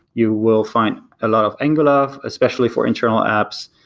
you will find a lot of angular, especially for internal apps.